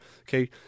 Okay